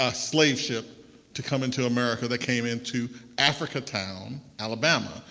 ah slave ship to come into america that came into africatown, alabama.